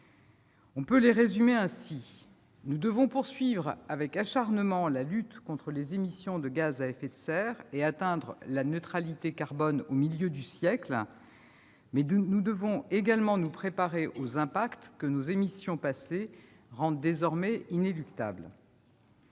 On peut les résumer ainsi : nous devons poursuivre avec acharnement la lutte contre les émissions de gaz à effet de serre et atteindre la neutralité carbone au milieu du siècle, mais nous devons également nous préparer aux impacts que nos émissions passées rendent désormais inéluctables.